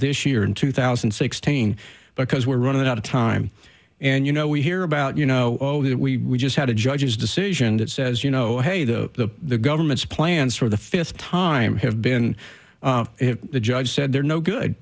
this year in two thousand and sixteen because we're running out of time and you know we hear about you know that we just had a judge's decision that says you know hey the the government's plans for the fifth time have been the judge said they're no good